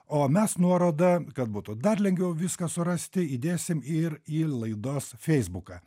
o mes nuorodą kad būtų dar lengviau viską surasti įdėsim ir į laidos feisbuką